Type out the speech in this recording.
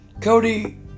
Cody